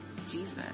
Jesus